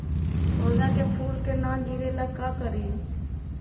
पौधा के फुल के न गिरे ला का करि?